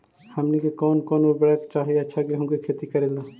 हमनी के कौन कौन उर्वरक चाही अच्छा गेंहू के खेती करेला?